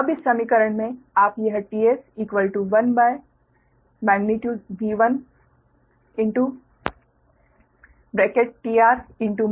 अब इस समीकरण से आप यह t s 1magnitude V 1tR